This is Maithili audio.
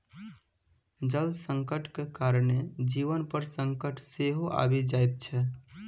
जल संकटक कारणेँ जीवन पर संकट सेहो आबि जाइत छै